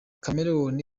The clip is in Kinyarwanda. chameleone